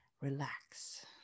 relax